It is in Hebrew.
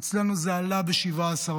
אצלנו זה עלה ב-17%.